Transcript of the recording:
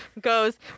goes